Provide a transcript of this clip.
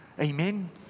Amen